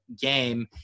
game